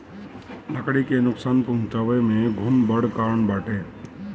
लकड़ी के नुकसान पहुंचावे में घुन बड़ कारण बाटे